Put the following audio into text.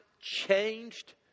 changed